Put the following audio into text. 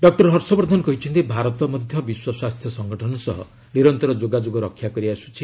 doctor Harshvardhan କହିଛନ୍ତି ଭାରତ ମଧ୍ୟ ବିଶ୍ୱ ସ୍ୱାସ୍ଥ୍ୟ ସଂଗଠନ ସହ ନିରନ୍ତର ଯୋଗାଯୋଗ ରକ୍ଷା କରିଆସୁଛି